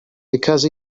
because